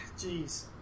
Jeez